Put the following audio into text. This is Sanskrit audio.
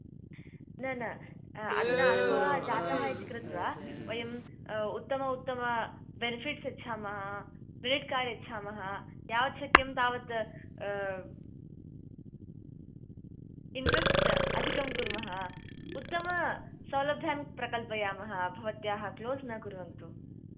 न न अधुना अनुभवः जातः इति कृत्वा वयम् उत्तम उत्तम बेनिफिट्स् यच्छामः क्रेडिट् कार्ड् यच्छामः यावत् शक्यं तावत् इण्ट्रेस्ट् अधिकं कुर्मः उत्तमसौलभ्यान् प्रकल्पयामः भवत्याः क्लोस् न कुर्वन्तु